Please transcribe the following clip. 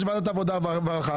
יש ועדת עבודה ורווחה,